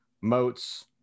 moats